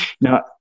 Now